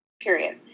Period